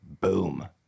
Boom